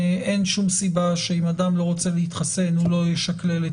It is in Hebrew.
אין שום סיבה שאם אדם לא רוצה להתחסן או לא ישקלל את